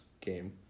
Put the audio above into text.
game